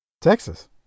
Texas